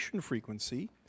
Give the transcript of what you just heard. frequency